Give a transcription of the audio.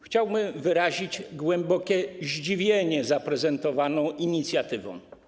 Chciałbym wyrazić głębokie zdziwienie zaprezentowaną inicjatywą.